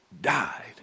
died